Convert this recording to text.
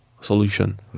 solution